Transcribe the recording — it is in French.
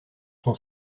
son